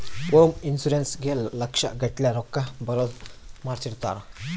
home insurance ಗೇ ಲಕ್ಷ ಗಟ್ಲೇ ರೊಕ್ಕ ಬರೋದ ಮಾಡ್ಸಿರ್ತಾರ